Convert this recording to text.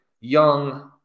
young